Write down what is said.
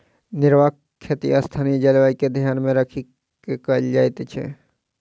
निर्वाह खेती स्थानीय जलवायु के ध्यान मे राखि क कयल जाइत छै